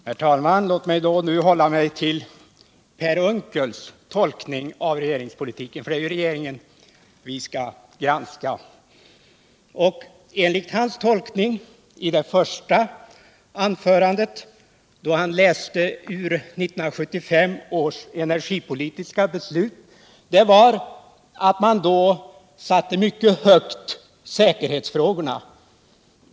Herr talman! Låt mig då hålla mig till Per Unckels tolkning av regeringspolitiken, för det är ju regeringen vi skall granska. Enligt den tolkning Per Unckel gjorde i sitt första anförande av 1975 års energipolitiska beslut sattes säkerhetsfrågorna mycket högt.